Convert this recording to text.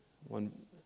one